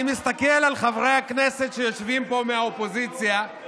אני מסתכל על חברי הכנסת שיושבים פה באופוזיציה,